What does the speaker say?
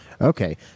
Okay